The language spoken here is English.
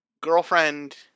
girlfriend